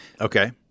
okay